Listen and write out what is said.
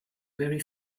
very